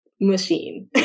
machine